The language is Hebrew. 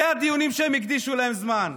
אלה הדיונים שהם הקדישו להם זמן,